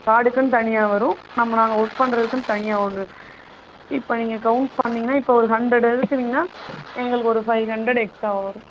கார்ட்க்குன்னு தனியாக வரும் நம்ம நாங்கள் வொர்க் பண்ணுறதுக்குன்னு தனியாக ஒன்று இப்போ நீங்கள் கவுண்ட் பண்ணிங்கனால் இப்போ ஒரு ஹண்ட்ரட் எடுக்குறீங்கனால் எங்களுக்கு ஒரு ஃபைவ் ஹண்ட்ரட் எக்ஸ்ட்ரா வரும்